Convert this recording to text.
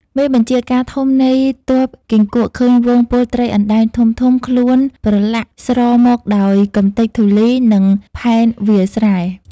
មេបញ្ជការធំនៃទ័ពគីង្គក់ឃើញហ្វូងពលត្រីអណ្ដែងធំៗ ខ្លួនប្រឡាក់ស្រមកដោយ កម្ទេចធូលីនិងផែនវាលស្រែ។